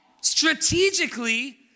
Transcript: strategically